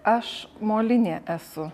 aš molinė esu